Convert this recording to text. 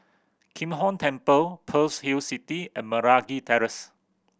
Kim Hong Temple Pearl's Hill City and Meragi Terrace